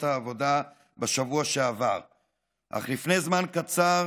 העבודה בשבוע שעבר אך לפני זמן קצר